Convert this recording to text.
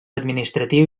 administratiu